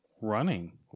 running